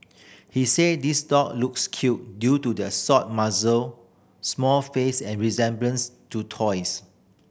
he said these dog looks cute due to the short muzzle small face and resemblance to toys